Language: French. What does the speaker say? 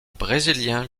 brésilien